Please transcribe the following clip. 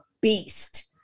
beast